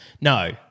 No